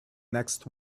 next